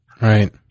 Right